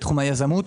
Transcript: בתחום היזמות.